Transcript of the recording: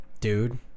Dude